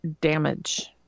damage